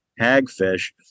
hagfish